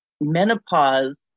menopause